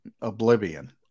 oblivion